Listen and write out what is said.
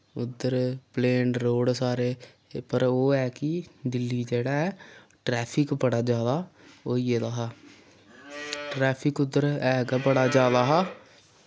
उद्धर plain road सारे पर ओह् ऐ कि दिल्ली जेह्ड़ा ऐ ट्रैफिक बड़ा जैदा होई गेदा हा ट्रैफिक उद्धर है कि बड़ा जैदा हा